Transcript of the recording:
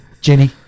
Jenny